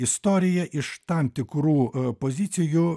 istorija iš tam tikrų pozicijų